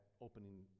opening